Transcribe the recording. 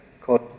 called